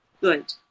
Good